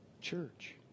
church